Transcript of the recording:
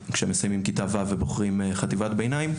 כשהם מסיימים את כיתה ו' ובוחרים חטיבת ביניים,